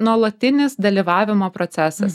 nuolatinis dalyvavimo procesas